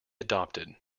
adopted